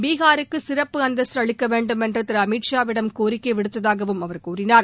பீஹாருக்கு சிறப்பு அந்தஸ்து அளிக்க வேண்டும் என்று அமித் ஷாவிடம் கோரிக்கை விடுத்ததாகவும் அவர் கூறினார்